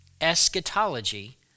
eschatology